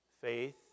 faith